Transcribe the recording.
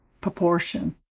proportion